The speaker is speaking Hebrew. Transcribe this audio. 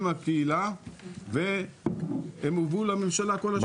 עם הקהילה והם הובאו לממשלה כל השנים.